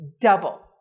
double